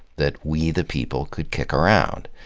that we, the people could kick around.